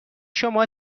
شما